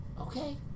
Okay